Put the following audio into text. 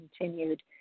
continued